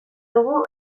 dugu